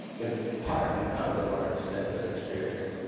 in part because of our extensive experience.